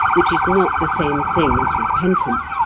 which is not the same thing as repentance,